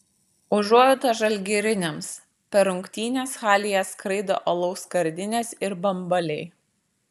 užuojauta žalgiriniams per rungtynes halėje skraido alaus skardinės ir bambaliai